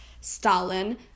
Stalin